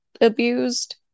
abused